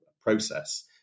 process